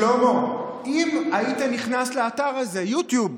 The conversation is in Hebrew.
שלמה, אם היית נכנס לאתר הזה, יוטיוב,